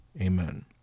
Amen